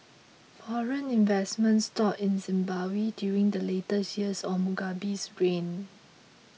foreign investment stalled in Zimbabwe during the later years of Mugabe's reign